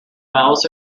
wells